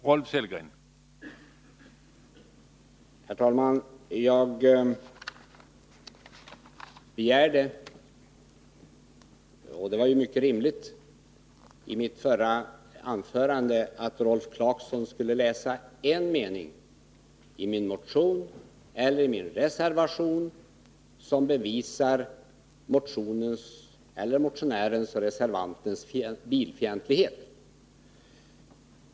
Herr talman! Jag begärde i mitt förra anförande — och det var ju mycket rimligt — att Rolf Clarkson skulle läsa en mening i min motion eller min reservation som bevisar motionens eller motionärens/reservantens bilfientlighet.